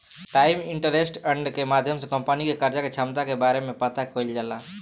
times interest earned के माध्यम से कंपनी के कर्जा के क्षमता के बारे में पता कईल जाला